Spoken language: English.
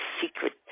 secret